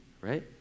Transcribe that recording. right